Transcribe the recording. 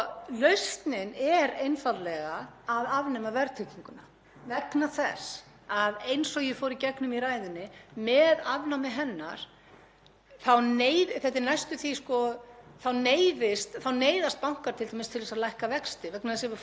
þá neyðast bankar t.d. til að lækka vexti. Bankar búa til peninga með útlánum og ef fólk hefur ekki efni á að taka lán hjá þeim af því að vextir eru of háir þá þurfa þeir að lækka vextina.